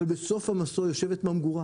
אבל בסוף המסוע יש ממגורה.